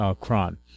Cron